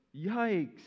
yikes